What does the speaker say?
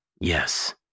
Yes